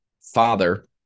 father